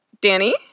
Danny